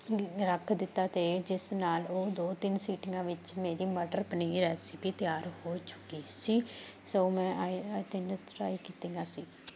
ਅ ਰੱਖ ਦਿੱਤਾ ਅਤੇ ਜਿਸ ਨਾਲ ਉਹ ਦੋ ਤਿੰਨ ਸੀਟੀਆਂ ਵਿੱਚ ਮੇਰੀ ਮਟਰ ਪਨੀਰ ਰੈਸਿਪੀ ਤਿਆਰ ਹੋ ਚੁੱਕੀ ਸੀ ਸੋ ਮੈਂ ਆਹ ਆਹ ਤਿੰਨ ਟਰਾਏ ਕੀਤੀਆਂ ਸੀ